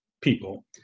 people